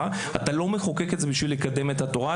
אתה לא מחוקק את זה בשביל לקדם את התורה,